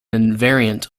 invariant